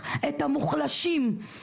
הצנרת והביוב הרוסים,